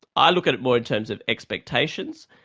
i look at it more in terms of expectations.